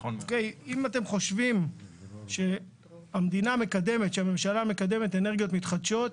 אם אתם חושבים שהממשלה מקדמת אנרגיות מתחדשות,